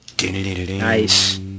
nice